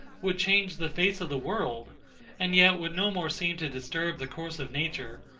would change the face of the world and yet would no more seem to disturb the course of nature,